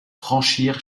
franchir